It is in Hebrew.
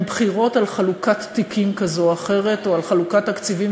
הן בחירות על חלוקת תיקים כזו או אחרת או על חלוקת תקציבים